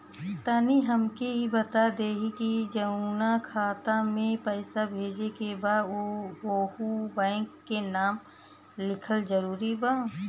तनि हमके ई बता देही की जऊना खाता मे पैसा भेजे के बा ओहुँ बैंक के नाम लिखल जरूरी बा?